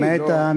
אני לא אתייחס,